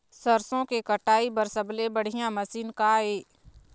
सरसों के कटाई बर सबले बढ़िया मशीन का ये?